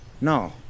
No